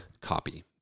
copy